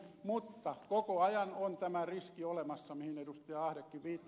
mutta koko ajan on tämä riski olemassa mihin ed